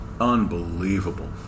Unbelievable